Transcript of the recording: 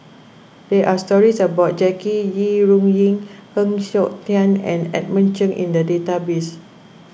there are stories about Jackie Yi Ru Ying Heng Siok Tian and Edmund Cheng in the database